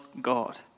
God